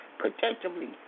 protectively